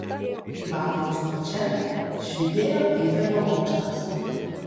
į vakarus nuo čia švytėjo eifelio bokštas